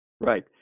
Right